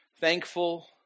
thankful